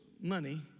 money